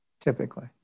Typically